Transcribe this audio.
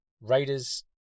Raiders